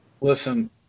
Listen